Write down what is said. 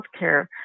healthcare